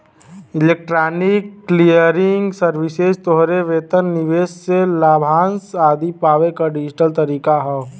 electronic clearing services तोहरे वेतन, निवेश से लाभांश आदि पावे क डिजिटल तरीका हौ